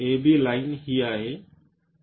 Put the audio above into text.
AB line ही आहे